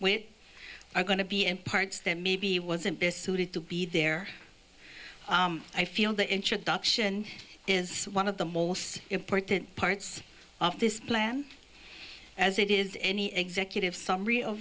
with are going to be in parts that maybe wasn't best suited to be there i feel the introduction is one of the most important parts of this plan as it is any executive s